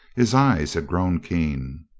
his eyes had grown keen.